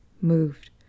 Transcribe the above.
moved